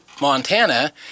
Montana